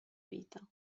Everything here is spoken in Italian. vita